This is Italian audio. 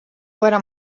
guerra